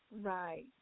Right